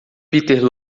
peter